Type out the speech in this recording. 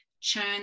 churn